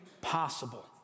possible